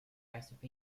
recipe